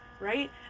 right